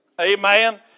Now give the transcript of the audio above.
Amen